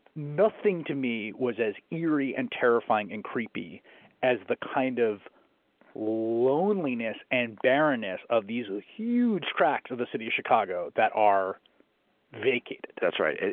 nothing to me was as eerie and terrifying and creepy as the kind of loneliness and barrenness of these really huge cracks of the city of chicago that are vacant. that's right.